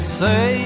say